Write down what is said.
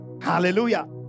hallelujah